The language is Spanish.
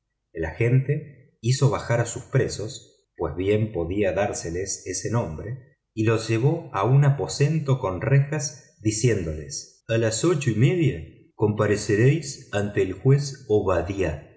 el agente hizo bajar a sus presos pues podía dárseles ese nombre y los llevó a un aposento con rejas diciéndoles a las ocho y media compareceréis ante el juez obadiah y